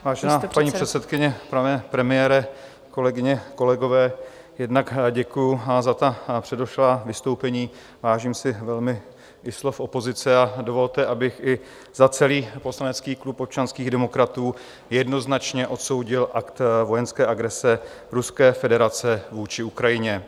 Vážená paní předsedkyně, pane premiére, kolegyně, kolegové, jednak děkuji za ta předešlá vystoupení, vážím si velmi i slov opozice, a dovolte, abych i za celý poslanecký klub občanských demokratů jednoznačně odsoudil akt vojenské agrese Ruské federace vůči Ukrajině.